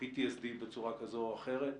PTSD בצורה כזאת או אחרת.